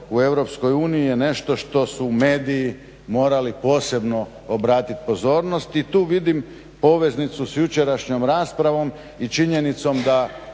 uniji je nešto što su mediji morali posebno obratiti pozornost. I tu vidim poveznicu sa jučerašnjom raspravom i činjenicom da